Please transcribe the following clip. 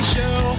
Show